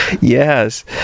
Yes